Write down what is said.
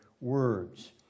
words